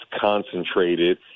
concentrated